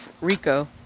Rico